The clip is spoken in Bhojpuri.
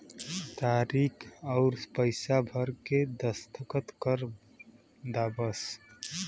तारीक अउर पइसा भर के दस्खत कर दा बस